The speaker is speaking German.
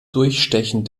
durchstechen